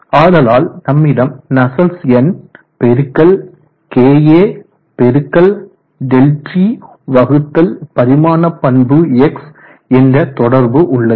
ஆதலால் நம்மிடம் நஸ்சல்ட்ஸ் எண் பெருக்கல் kA பெருக்கல் Δt வகுத்தல் பரிமாண பண்பு X என்ற தொடர்பு உள்ளது